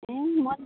ए म नि